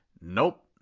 nope